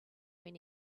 when